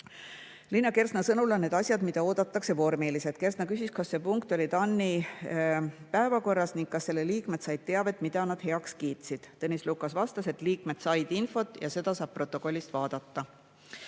Liina Kersna sõnul on need asjad, mida oodatakse, vormilised. Ta küsis, kas see punkt oli TAN-i päevakorras ning kas selle liikmed said teavet, mille nad heaks kiitsid. Tõnis Lukas vastas, et liikmed said infot ja seda saab protokollist vaadata.